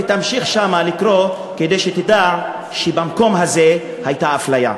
ותמשיך לקרוא שם כדי שתדע שבמקום הזה הייתה אפליה.